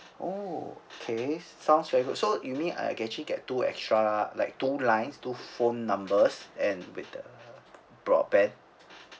okay sounds very good so you mean I can actually get two extra like two lines two phone numbers and with the broadband